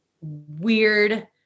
weird